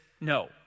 no